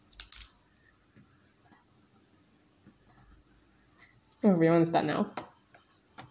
then we'll want start now